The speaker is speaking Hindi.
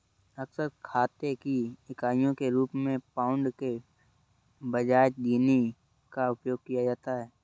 अक्सर खाते की इकाइयों के रूप में पाउंड के बजाय गिनी का उपयोग किया जाता है